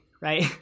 right